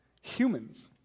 humans